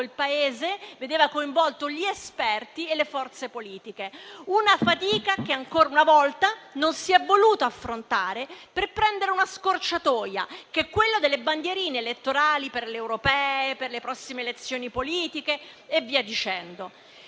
il Paese, vedeva coinvolti gli esperti e le forze politiche; una fatica che ancora una volta non si è voluta affrontare per prendere una scorciatoia, che è quella delle bandierine elettorali per le europee, per le prossime elezioni politiche e via dicendo.